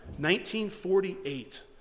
1948